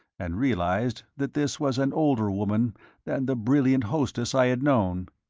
and realized that this was an older woman than the brilliant hostess i had known.